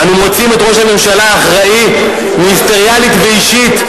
"אנו מוצאים את ראש הממשלה אחראי" "מיניסטריאלית ואישית,